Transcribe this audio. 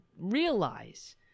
realize